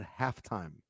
halftime